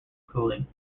cooling